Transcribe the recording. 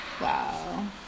Wow